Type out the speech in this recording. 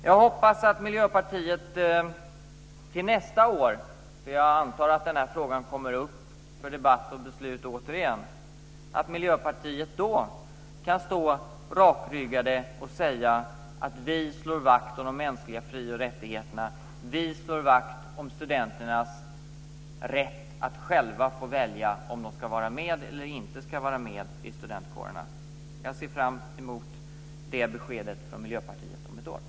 Jag hoppas att Miljöpartiet nästa år, för jag antar att den här frågan kommer upp för debatt och beslut återigen, kan stå rakryggade och säga att vi slår vakt om de mänskliga fri och rättigheterna, vi slår vakt om studenternas rätt att själva välja om de ska vara med eller inte vara med i studentkårerna. Jag ser fram emot det beskedet från Miljöpartiet om ett år.